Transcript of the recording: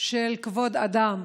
של כבוד אדם: